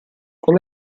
con